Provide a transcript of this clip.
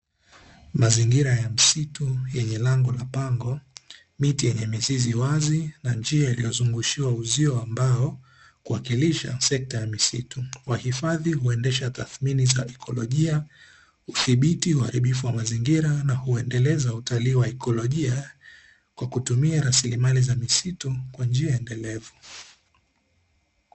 Mazingira ya msitu yenye lango la pango miti yenye mizizi wazi na njia iliyozungushiwa uzio wa mbao kuwakilisha sekta ya misitu kwa hifadhi huendesha tathimini za kiikolojia, uthibiti uharibifu wa mazingira na kuendeleza utalii wa ikolojia kwa kutumia rasilimali za misitu kwa njia endelevu.